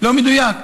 לא מדויק.